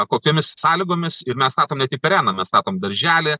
kokiomis sąlygomis ir mes statom ne tik areną mes statom darželį